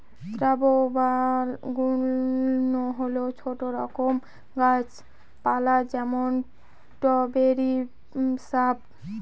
shrub বা গুল্ম হল ছোট রকম গাছ পালা যেমন স্ট্রবেরি শ্রাব